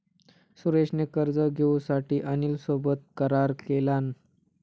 सुरेश ने कर्ज घेऊसाठी अनिल सोबत करार केलान